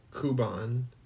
Kuban